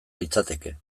litzateke